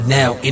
now